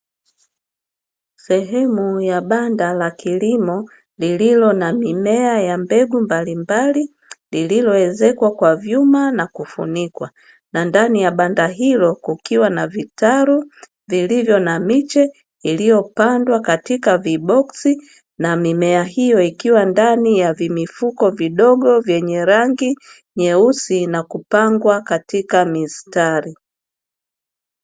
Sehemu ya banda la kilimo lililo na mimea ya mbegu mbalimbali lililowezeshwa kwa vyuma, na kufunikwa na ndani ya banda hilo kukiwa na vitaru vilivyo na miche iliyopandwa katika viboksi, na mimea hiyo ikiwa ndani ya vimifuko vidogo vyenye rangi nyeusi na kupangwa katika mistari.